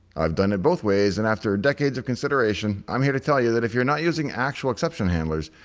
i've done it both ways and after decades of consideration, i'm here to tell you that if you're not using actual exception handlers,